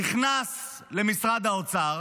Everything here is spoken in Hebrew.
נכנס למשרד האוצר,